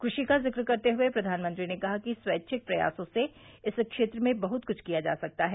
कृषि का जिक्र करते हुए प्रधानमंत्री ने कहा कि स्वैच्छिक प्रयासों से इस क्षेत्र में बहुत कुछ किया जा सकता है